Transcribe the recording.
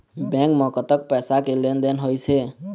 Bank म कतक पैसा के लेन देन होइस हे?